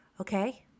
okay